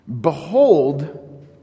Behold